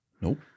Nope